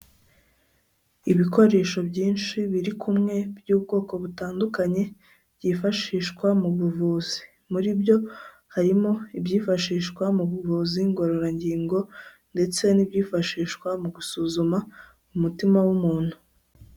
Ibikoresho byinshi biri kumwe, by'ubwoko butandukanye, byifashishwa mu buvuzi, muri byo harimo ibyifashishwa mu buvuzi ngororangingo, ndetse n'ibyifashishwa mu gusuzuma umutima w'umuntu.